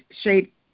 shape